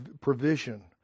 provision